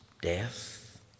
death